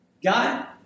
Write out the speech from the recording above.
God